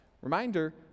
Reminder